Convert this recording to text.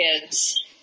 kids